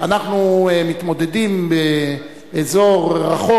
אנחנו מתמודדים באזור רחוק,